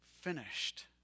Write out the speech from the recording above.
finished